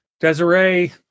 Desiree